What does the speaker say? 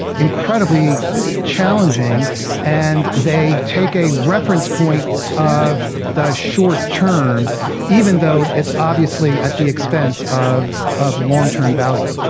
incredibly challenging and they take a reference point of the short-term even though it's obviously at the expense of of long-term value?